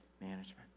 management